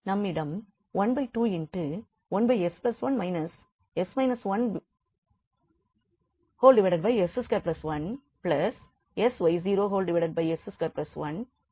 நம்மிடம் இருக்கிறது